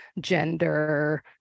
gender